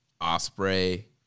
Osprey